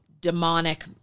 demonic